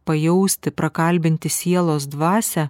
pajausti prakalbinti sielos dvasią